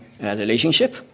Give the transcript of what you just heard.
relationship